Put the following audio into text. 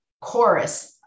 chorus